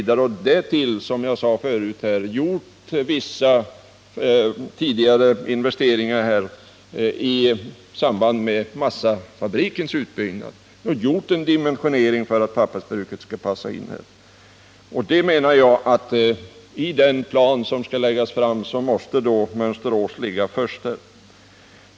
Därtill har man, som jag sade tidigare, gjort vissa investeringar i samband med massafabrikens utbyggnad och dimensionerat den så att pappersbruket skall passa in. I den plan som skall läggas fram måste alltså enligt min mening Mönsterås ligga först.